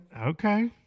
Okay